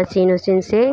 machine वसीन से